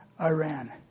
Iran